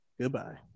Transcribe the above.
Goodbye